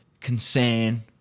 concern